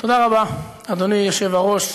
תודה רבה, אדוני היושב-ראש.